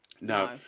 No